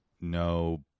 No